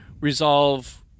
resolve